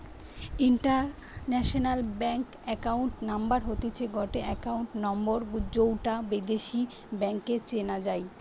international bank account number হতিছে গটে account number যৌটা বিদেশী ব্যাংকে চেনা যাই